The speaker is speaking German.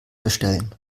bestellen